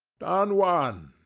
don juan,